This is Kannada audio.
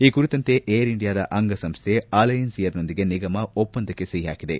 ಈ ಕುರಿತಂತೆ ಏರ್ ಇಂಡಿಯಾದ ಅಂಗಸಂಸ್ವೆ ಅಲಯನ್ಸ್ ಏರ್ನೊಂದಿಗೆ ನಿಗಮ ಒಪ್ಪಂದಕ್ಕೆ ಸಹಿ ಹಾಕಿದೆ